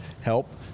help